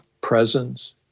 presence